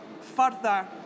further